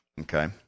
Okay